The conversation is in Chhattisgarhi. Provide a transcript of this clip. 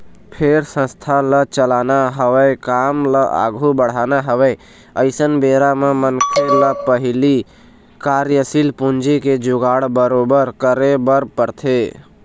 फेर संस्था ल चलाना हवय काम ल आघू बढ़ाना हवय अइसन बेरा बर मनखे ल पहिली कार्यसील पूंजी के जुगाड़ बरोबर करे बर परथे